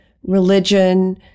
religion